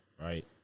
right